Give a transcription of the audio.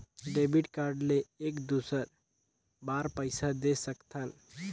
Debit card ले एक दुसर बार पइसा दे सकथन?